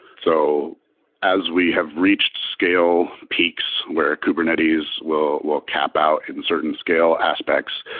so as we have reached scale peaks where kubernetes will will cap-out in certain scale aspects,